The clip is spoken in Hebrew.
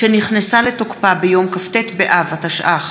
שנכנסה לתוקפה ביום כ"ט באב התשע"ח,